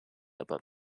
above